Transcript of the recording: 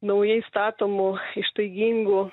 naujai statomų ištaigingų